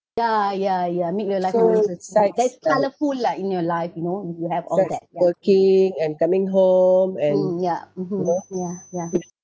ya ya ya make your life more interesting than it's colourful lah in your life you know you have all that mm ya mmhmm